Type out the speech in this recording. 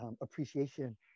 appreciation